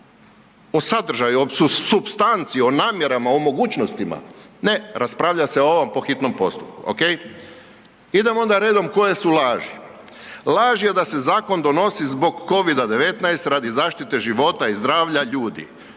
o sadržaju o supstanci, o namjerama, o mogućnostima. Ne, raspravlja se o ovom po hitnom postupku, ok. Idemo onda redom koje su laži. Laž je da se zakon donosi zbog covida-19 radi zaštite života i zdravlja ljudi.